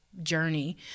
journey